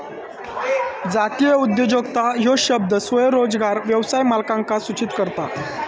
जातीय उद्योजकता ह्यो शब्द स्वयंरोजगार व्यवसाय मालकांका सूचित करता